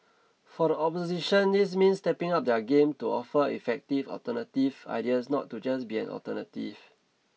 for the opposition this means stepping up their game to offer effective alternative ideas not to just be an alternative